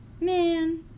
Man